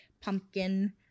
pumpkin